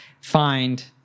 find